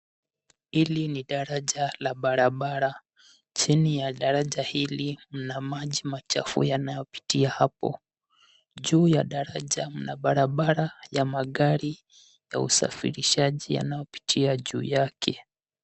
Hili ni daraja la barabara. Chini ya daraja hili mna maji machafu yanayopitia hapo. Juu ya daraja mna barabara ya magari ya usafirishaji ya yanayopitia juu yake.